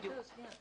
בדיוק.